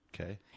Okay